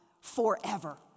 forever